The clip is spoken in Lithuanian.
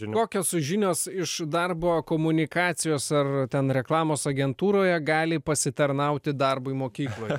kokios žinios iš darbo komunikacijos ar ten reklamos agentūroje gali pasitarnauti darbui mokykloj